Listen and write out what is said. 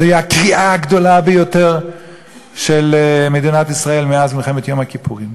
זו תהיה הקריעה הגדולה ביותר של מדינת ישראל מאז מלחמת יום הכיפורים.